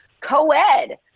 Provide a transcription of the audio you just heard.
co-ed